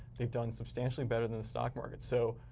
they've done substantially better than the stock market. so,